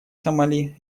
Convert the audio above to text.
сомали